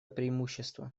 преимущество